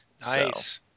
Nice